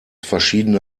verschiedene